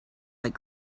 like